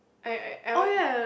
I I I would